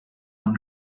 when